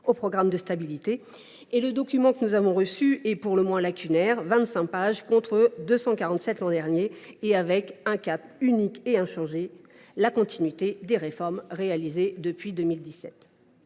au programme de stabilité. De plus, le document que nous avons reçu est pour le moins lacunaire : vingt cinq pages, contre 247 l’an dernier, présentant un cap unique et inchangé : la « continuité des réformes réalisées depuis 2017